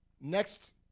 Next